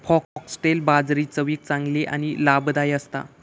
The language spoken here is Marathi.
फॉक्स्टेल बाजरी चवीक चांगली आणि लाभदायी असता